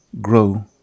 grow